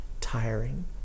tiring